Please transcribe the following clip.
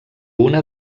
una